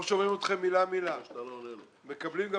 אנחנו שומעים כל מילה שלכם וגם חלק מהעמדות מקבלים.